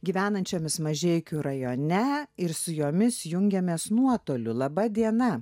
gyvenančiomis mažeikių rajone ir su jomis jungiamės nuotoliu laba diena